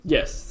Yes